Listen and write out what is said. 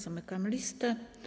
Zamykam listę.